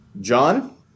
john